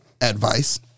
advice